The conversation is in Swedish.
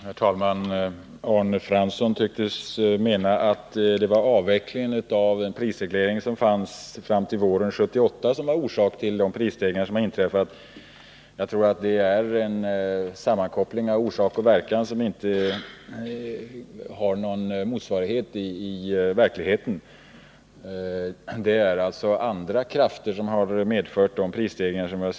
Herr talman! Arne Fransson tycktes mena att det var avvecklingen av den prisreglering som fanns fram till våren 1978 som var orsak till de prisstegringar som har inträffat. Jag tror att det är en sammankoppling av orsak och verkan som inte har någon motsvarighet i verkligheten. Det är alltså andra krafter som har medfört dessa prisstegringar.